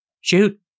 Shoot